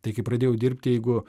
tai kai pradėjau dirbti jeigu